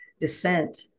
descent